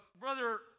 Brother